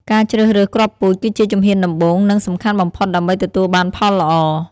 ការជ្រើសរើសគ្រាប់ពូជគឺជាជំហានដំបូង និងសំខាន់បំផុតដើម្បីទទួលបានផលល្អ។